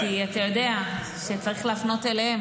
כי אתה יודע שצריך להפנות אליהם,